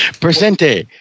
Presente